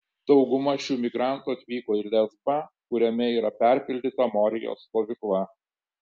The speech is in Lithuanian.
dauguma šių migrantų atvyko į lesbą kuriame yra perpildyta morijos stovykla